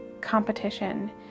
competition